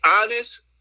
honest